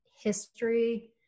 history